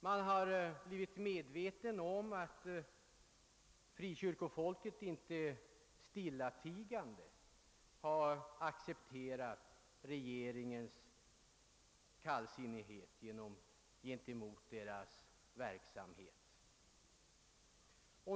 Man har blivit medveten om att frikyrkofolket inte stillatigande har accepterat regeringens kallsinnighet mot deras verksamhet.